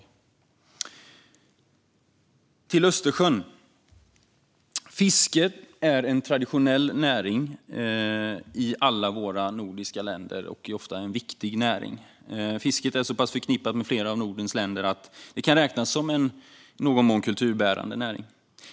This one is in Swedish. När det gäller Östersjön är fiske en traditionell och ofta viktig näring i alla våra nordiska länder. Fisket är så pass förknippat med flera av Nordens länder att det kan räknas som en i någon mån kulturbärande näring.